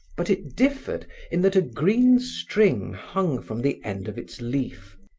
but it differed in that a green string hung from the end of its leaf,